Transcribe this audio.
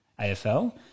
AFL